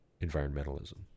environmentalism